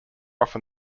often